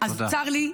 אז צר לי,